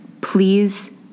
please